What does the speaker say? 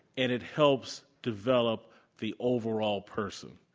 and it helps develop the overall person.